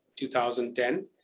2010